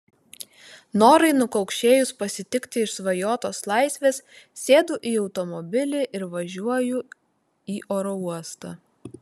norai nukaukšėjus pasitikti išsvajotos laisvės sėdu į automobilį ir važiuoju į oro uostą